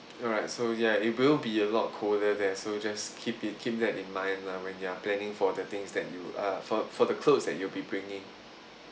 alright so ya it will be a lot colder there so just keep it keep that in mind lah when you are planning for the things that you uh for for the clothes that you'll be bringing